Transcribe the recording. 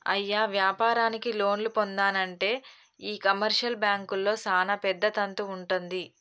అయ్య వ్యాపారానికి లోన్లు పొందానంటే ఈ కమర్షియల్ బాంకుల్లో సానా పెద్ద తంతు వుంటది